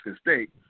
State